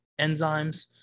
enzymes